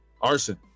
arson